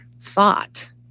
thought